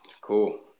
Cool